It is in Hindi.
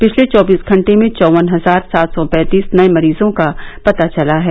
पिछले चौबीस घंटे में चौवन हजार सात सौ पैंतीस नए मरीजों का पता चला है